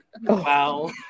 wow